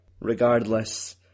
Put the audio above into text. regardless